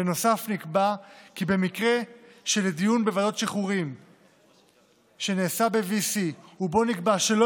בנוסף נקבע כי במקרה של דיון בוועדת השחרורים שנעשה ב-VC ובו נקבע שלא